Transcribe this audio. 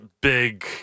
big